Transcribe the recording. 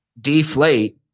deflate